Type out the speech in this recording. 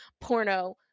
porno